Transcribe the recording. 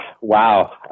Wow